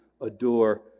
adore